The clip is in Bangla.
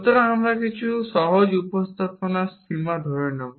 সুতরাং আমরা কিছু সহজ উপস্থাপনা স্কিমা ধরে নেব